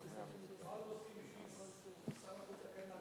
מה לא עושים בשביל שר החוץ הקנדי.